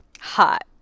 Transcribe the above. Hot